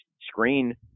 screen